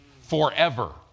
forever